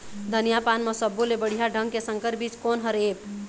धनिया पान म सब्बो ले बढ़िया ढंग के संकर बीज कोन हर ऐप?